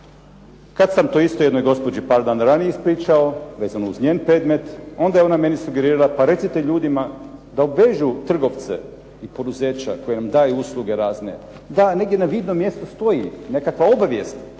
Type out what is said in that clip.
Kad sam to isto jednoj gospođi par dana ranije ispričao vezano uz njen predmet, onda je ona meni sugerirala pa recite ljudima da obvežu trgovce i poduzeća koji nam daju usluge razne, da negdje na vidnom mjestu stoji nekakva obavijest